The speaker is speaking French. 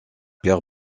pierre